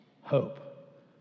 hope